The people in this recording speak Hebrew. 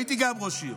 הייתי גם כן ראש עיר,